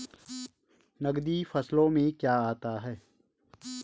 नकदी फसलों में क्या आता है?